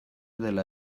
dela